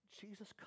Jesus